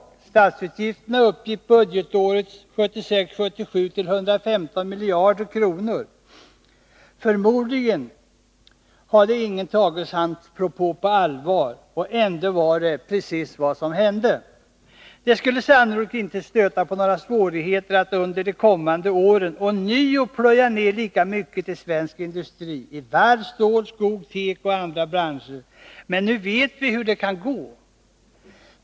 Statsutgifterna uppgick budgetåret 1976/77 till 115 miljarder kronor. Förmodligen hade ingen tagit hans propå på allvar. Och ändå var det precis vad som hände! Det skulle sannolikt inte stöta på några svårigheter att under de kommande åren ånyo plöja ner lika mycket i svensk industri —i varven, i stål-, skogs-, tekooch andra branscher — men nu vet vi hur det kan gå.